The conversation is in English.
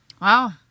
Wow